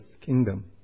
kingdom